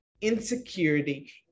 insecurity